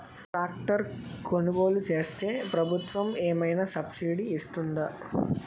Tractor కొనుగోలు చేస్తే ప్రభుత్వం ఏమైనా సబ్సిడీ ఇస్తుందా?